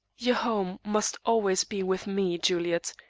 your home must always be with me, juliet,